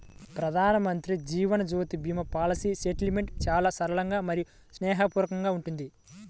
ప్రధానమంత్రి Jeevan Jyoti Bima policy settlement చాలా సరళంగా మరియు స్నేహపూర్వకంగా ఉంటుంది